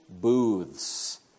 booths